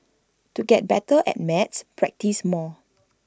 to get better at maths practise more